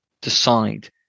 decide